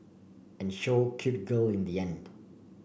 and show cute girl in the end